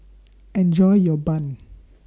Enjoy your Bun